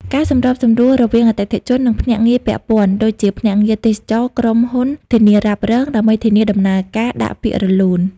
ការសម្របសម្រួលរវាងអតិថិជន និងភ្នាក់ងារពាក់ព័ន្ធ ដូចជាភ្នាក់ងារទេសចរណ៍ ក្រុមហ៊ុនធានារ៉ាប់រង ដើម្បីធានាដំណើរការដាក់ពាក្យរលូន។